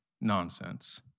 nonsense